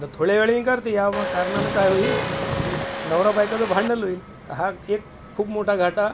आता थोड्या वेळानी करते या मग कारणानं काय होईल की नवरा बायकोचं भांडण होईल हा एक खूप मोठा घाटा